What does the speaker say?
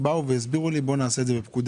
שם הסבירו לי שעדיף לעשות את זה בפקודה.